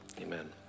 amen